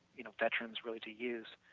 you know, veterans really to use,